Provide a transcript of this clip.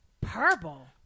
Purple